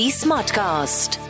smartcast